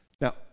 Now